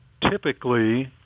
typically